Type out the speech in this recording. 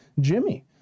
Jimmy